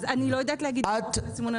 אז אני לא יודעת להגיד מה הסימון הנכון.